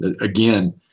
Again